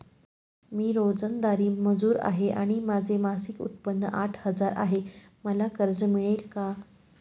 मी रोजंदारी मजूर आहे आणि माझे मासिक उत्त्पन्न आठ हजार आहे, मला कर्ज मिळेल का?